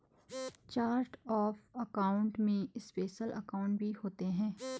chart of account में special account भी होते हैं